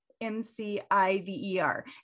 M-C-I-V-E-R